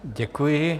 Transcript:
Děkuji.